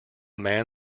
man